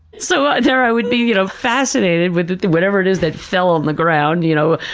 so, there i would be, you know, fascinated with whatever it is that fell on the ground, you know,